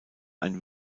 ein